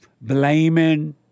blaming